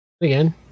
Again